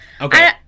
Okay